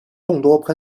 众多